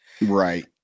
Right